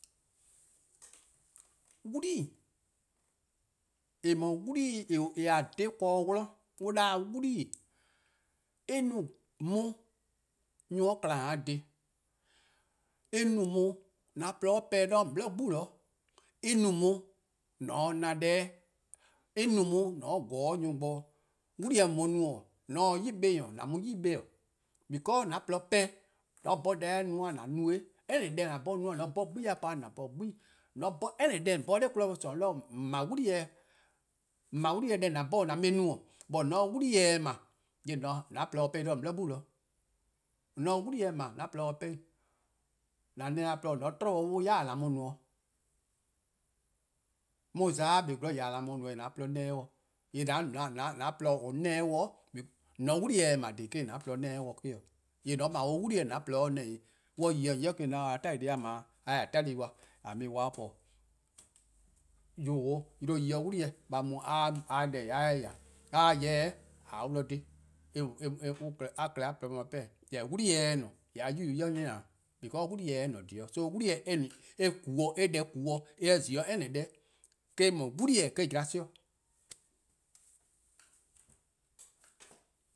'Wlii, :en no-a 'wlii :a 'dhe-a 'o ken-dih, an 'da-dih-a 'wlii, en no-eh nyor+-a kma an dhih, en no-eh an-a' :porluh-a 'pehn-dih 'de :on 'bli 'gbu, en no-eh an :na deh bo, en no-eh an pobo: 'de nyor bo, 'wlii-a mu-eh no :mor :on se 'i 'beh- nyor: :an mu 'i 'beh-', because an :porluh 'pehn-dih, :mor :an 'bhorn :on 'ye deh no :an no-eh, :mor :an 'bhorn 'gbu+-a po-a :an po-eh, any deh :an :bhorn-a dha 'kmo bo, solong :on 'ble-a 'wli-eh deh :an 'bhorn-a :an mu-eh no, but :mor :on se 'wli-eh 'ble :an :porluh se-dih 'pehn 'i 'de :on 'bli 'gbu. :an na-dih :porluh-dih :mor trouble 'wluh 'yai'-dih :ka an mu-a no-', :mor mo-: :za-a kpa 'zorn :yee' :ka :an mu no-eh, :an na-dih :porluh dih, :yee' an :porluh :an 'nene-dih 'o dih, :on se 'wli-eh 'ble :dhih 'o, jorwor: :mor :on 'ble 'wli-eh an :porluh se-' 'dih nene 'i. :mor on yi 'o :on ybei' :yee' :on 'da a 'tali: deh+ :dao' dih, a 'nyi a; 'tali-a dih :a mu-ih' 'kpa :po. :yor 'da 'oo 'yle yi 'o 'wli-eh a mu a 'ye 'de deh :daa :ya, :mor a 'ya-eh 'de :a 'ye-dih :dhe, a-a' klehkpeh a :porluh-a mu dih 'pehn. Jorwor: :mor 'wli-eh se :ne :yee' a-a' klehkpeh a yuba'+- a mu 'nyaa:, because 'wli-eh se 'o :ne :dhih 'oo'. Eh ku-dih eh-deh ku-dih eh :zio' any deh-'. :eh :mor 'wli-eh :eh wa sobu'.